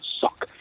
suck